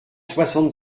soixante